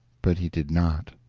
but he did not.